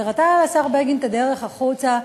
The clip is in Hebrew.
אבל הראתה לשר בגין את הדרך החוצה,